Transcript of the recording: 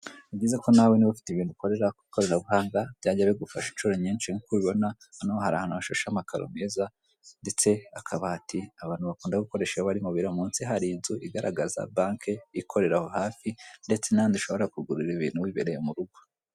Ni byiza ko nawe niba ufite ibintu ukorera ikoranabuhanga byajya bigufasha inshuro nyinshi, kuko ubibona hano hari ahantu hashashe amakaro meza, ndetse akabati abantu bakunda gukoresha bari mu biro, mu nsi hari inzu igaragaza banki ikoreraraho hafi ndetse n'ahandi ushobora kugurira ibintu bibereye mu rugo.